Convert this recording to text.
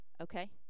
Okay